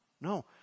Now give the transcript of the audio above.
no